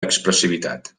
expressivitat